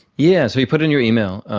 yeah so you put in your email.